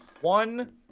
one